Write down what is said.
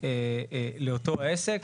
לאותו עסק.